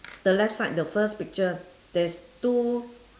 the left side the first picture there's two